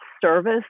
service